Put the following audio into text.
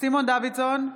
סימון דוידסון,